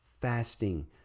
fasting